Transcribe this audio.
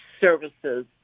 services